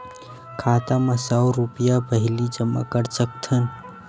खाता मा सौ रुपिया पहिली जमा कर सकथन?